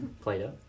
Plato